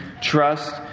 trust